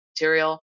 material